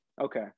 Okay